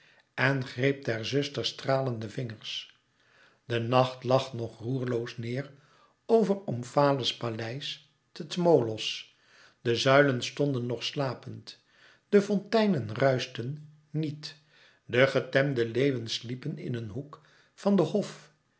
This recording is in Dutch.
en greep der zuster stralende vingers de nacht lag nog roerloos neêr over omfale's paleis te tmolos de zuilen stonden nog slapend de fonteinen ruischten niet de getemde leeuwen sliepen in een hoek van den hof